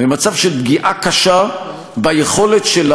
למצב של פגיעה קשה ביכולת של